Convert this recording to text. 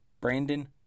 Brandon